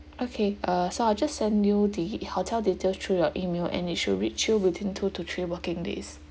okay uh so I'll just send you the hotel details through your email and it should reach you within two to three working days